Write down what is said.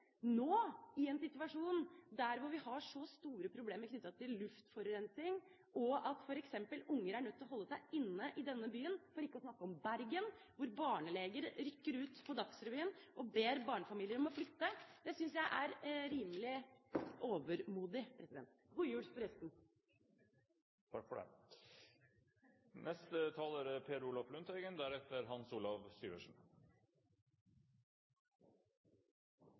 nå, i en situasjon der vi har så store problemer knyttet til luftforurensing at f.eks. unger i denne byen er nødt til å holde seg inne, og for ikke å snakke om i Bergen: Barneleger rykker ut på Dagsrevyen og ber barnefamilier om å flytte derfra. Det syns jeg er rimelig overmodig. God jul, forresten. Takk for det. Nysalderinga av statsbudsjettet 2010 er